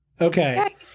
Okay